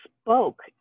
spoke